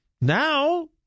Now